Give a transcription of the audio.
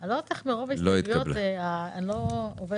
הצבעה ההסתייגות לא התקבלה.